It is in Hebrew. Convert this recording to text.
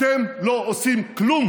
אתם לא עושים כלום